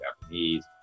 Japanese